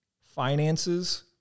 finances